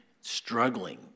struggling